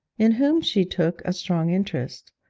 in whom she took a strong interest.